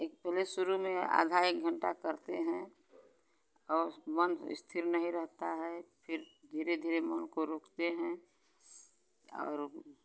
एक पहले शुरू में आधा एक घंटा करते हैं और मन स्थिर नहीं रहता है फिर धीरे धीरे मन को रोकते हैं और